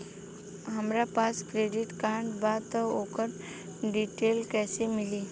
हमरा पास credit card बा त ओकर डिटेल्स कइसे मिली?